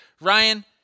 Ryan